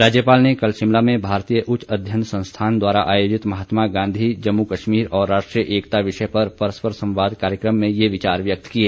राज्यपाल ने कल शिमला में भारतीय उच्च अध्ययन संस्थान द्वारा आयोजित महात्मा गॉधी जम्मू कश्मीर और राष्ट्रीय एकता विषय पर परस्पर संवाद कार्यक्रम में ये विचार व्यक्त किए